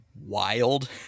wild